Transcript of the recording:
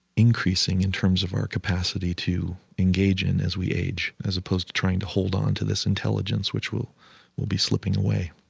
increasing in terms of our capacity to engage in as we age, as opposed to trying to hold onto this intelligence which will will be slipping away